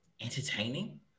entertaining